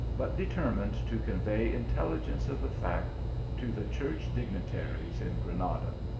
but determined to convey intelligence of the fact to the church digni taries in granada.